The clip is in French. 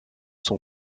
sont